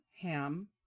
ham